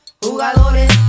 jugadores